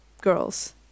girls